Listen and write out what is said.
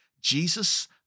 Jesus